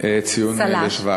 ציון לשבח.